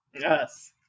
Yes